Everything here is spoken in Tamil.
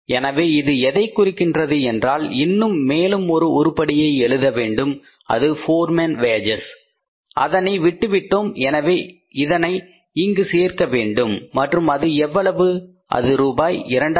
எனவே இது எதைக் குறிக்கிறது என்றால் இன்னும் மேலும் ஒரு உருப்படியை எழுத வேண்டும் அது போர் மேன் வேஜஸ் அதனை விட்டுவிட்டோம் எனவே அதனை இங்கு சேர்க்க வேண்டும் மற்றும் அது எவ்வளவு அது 2500 ரூபாய்